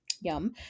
yum